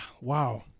wow